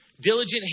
Diligent